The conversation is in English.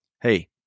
Hey